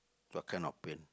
what kind of pain